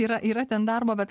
yra yra ten darbo bet